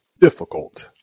difficult